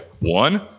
One